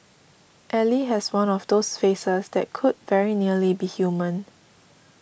Ally has one of those faces that could very nearly be human